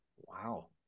Wow